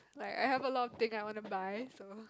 like I have a lot of things I want to buy